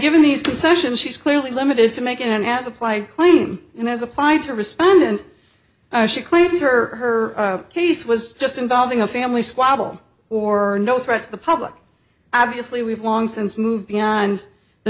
given these concessions she's clearly limited to make an ass apply claim and has applied to respond and she claims her case was just involving a family squabble or no threat to the public obviously we've long since moved beyond the